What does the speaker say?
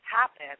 happen